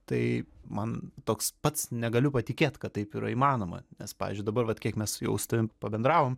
tai man toks pats negaliu patikėt kad taip yra įmanoma nes pavyzdžiui dabar vat kiek mes jau su tavim pabendravom